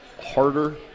harder